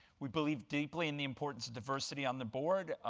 we believe deeply in the importance of diversity on the board.